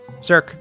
Zerk